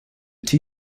two